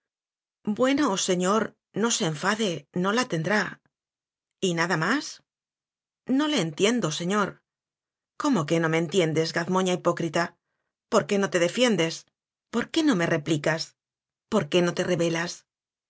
bueno señor no se enfade no la tendrá y nada más no le entiendo señor cómo que no me entiendes gazmoña v hipócrita por qué no te defiendes pór qué no me replicas por qué no te rebelas